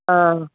ആ